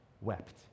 wept